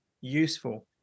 Useful